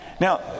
Now